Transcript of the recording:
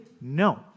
No